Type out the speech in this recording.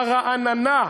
הרעננה,